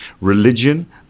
religion